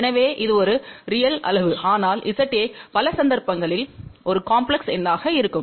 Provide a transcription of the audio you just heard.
எனவே இது ஒரு ரியல் அளவு ஆனால் ZA பல சந்தர்ப்பங்களில் ஒரு காம்ப்லெஸ் எண்ணாக இருக்கும்